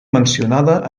mencionada